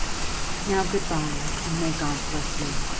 now, good-by, and may god bless you.